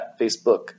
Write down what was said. facebook